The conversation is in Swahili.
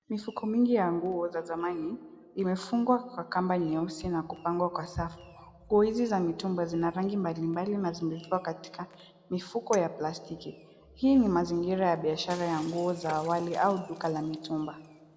Mifuko mingi ya nguo za zamani imefungwa kwa kamba nyeusi na kupangwa kwa safu. Nguo hizi za mitumba zina rangi mbalimbali na zimekuwa katika mifuko ya plastiki. Hii ni mazingira ya biashara ya nguo za awali au duka la mitumba.